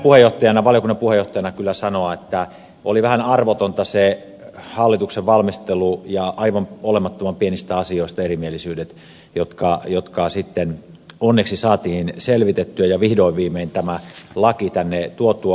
voin näin valiokunnan puheenjohtajana kyllä sanoa että oli vähän arvotonta se hallituksen valmistelu ja aivan olemattoman pienistä asioista erimielisyydet jotka sitten onneksi saatiin selvitettyä ja vihdoin viimein saatiin tämä laki tänne tuotua